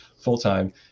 full-time